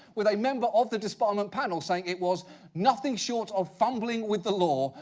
with a member of the disbarment panel saying it was nothing short of fumbling with the law,